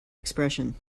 expression